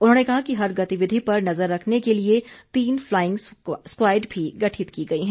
उन्होंने कहा कि हर गतिविधि पर नजर रखने के लिए तीन फ्लाइंग स्क्वायड भी गठित की गई है